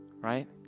right